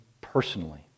personally